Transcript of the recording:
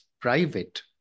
private